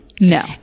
No